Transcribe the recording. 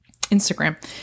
Instagram